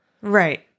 Right